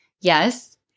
Yes